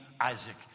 Isaac